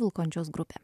vilkončiaus grupė